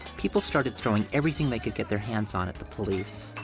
people started throwing everything they could get their hands on at the police.